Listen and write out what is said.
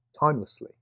timelessly